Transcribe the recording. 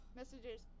messages